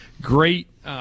great